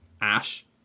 Ash